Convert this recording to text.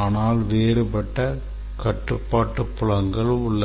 ஆனால் வேறுபட்ட கட்டுப்பாட்டு புலங்கள் உள்ளதா